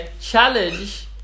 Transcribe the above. challenge